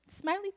Smiley